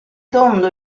tondo